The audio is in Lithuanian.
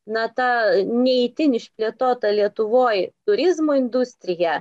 na tą ne itin išplėtotą lietuvoj turizmo industriją